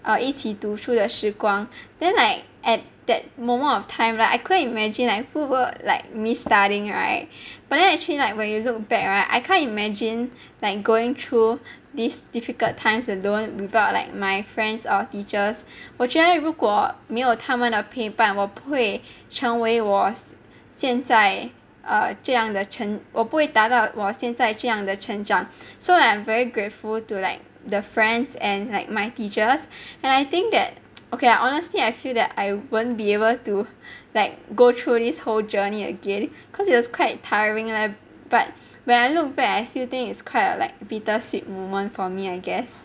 err 一起读书的时光 then like at that moment of time lah I couldn't imagine like who will like me studying [right] but then actually like where you look back [right] I can't imagine like going through these difficult times alone without like my friends or teachers 我觉得如果没有他们的陪伴我不会成为我现在 err 这样的成我不会达到我现在这样的成长 so I am very grateful to like the friends and like my teachers and I think that okay lah honestly I feel that I won't be able to like go through this whole journey again cause it was quite tiring lah but when I look back I still think it's quite a like bitter sweet moment for me I guess